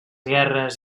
guerres